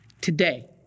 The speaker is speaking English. Today